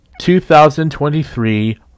2023